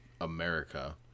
America